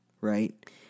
right